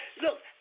Look